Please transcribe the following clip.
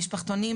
משפחתונים,